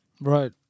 Right